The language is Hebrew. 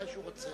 מתי שהוא רוצה.